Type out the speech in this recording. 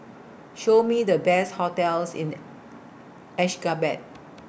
Show Me The Best hotels in Ashgabat